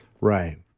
Right